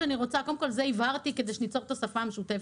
קודם כול הבהרתי את זה כדי שניצור את השפה המשותפת.